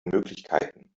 möglichkeiten